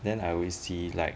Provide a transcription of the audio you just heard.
then I always see like